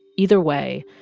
either way,